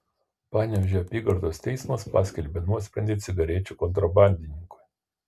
panevėžio apygardos teismas paskelbė nuosprendį cigarečių kontrabandininkui